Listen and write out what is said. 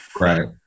right